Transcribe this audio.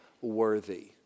worthy